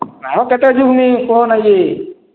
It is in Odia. ଆଉ କେତେ ଯିବୁନି କହନା ଇଏ